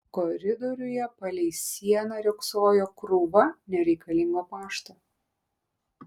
koridoriuje palei sieną riogsojo krūva nereikalingo pašto